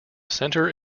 centre